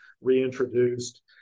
Reintroduced